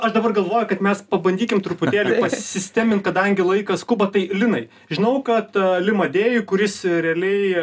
aš dabar galvoju kad mes pabandykim truputėlį pasistemint kadangi laikas skuba tai linai žinau kad lima dėjuj kuris realiai